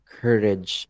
courage